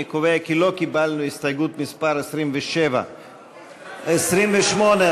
אני קובע כי לא קיבלנו את הסתייגות מס' 27. חברי הכנסת,